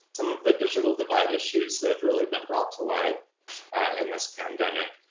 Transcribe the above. some of the digital divide issues that have really been brought to light in this pandemic.